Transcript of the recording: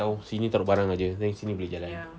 atau sini taruk barang aje then sini boleh jalan